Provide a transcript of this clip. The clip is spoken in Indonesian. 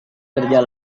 kerja